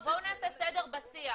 בואו נעשה סדר בשיח.